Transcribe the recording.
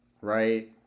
right